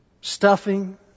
stuffing